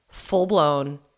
full-blown